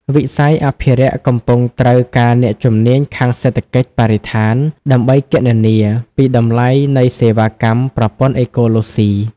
វិស័យអភិរក្សកំពុងត្រូវការអ្នកជំនាញខាងសេដ្ឋកិច្ចបរិស្ថាន ដើម្បីគណនាពីតម្លៃនៃសេវាកម្មប្រព័ន្ធអេកូឡូស៊ី។